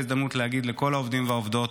ההזדמנות להגיד לכל העובדים והעובדות.